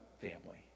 family